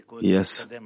Yes